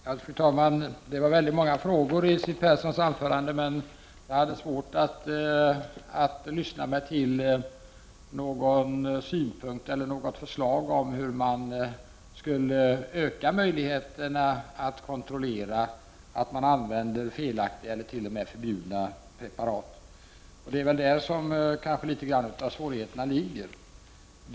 Fru talman! Det var många frågor i Siw Perssons anförande, men jag uppfattade inte att hon hade något förslag till hur man skulle kunna öka möjligheterna till kontroll av användning av felaktiga eller t.o.m. förbjudna preparat. Det är där som en del av svårigheterna ligger.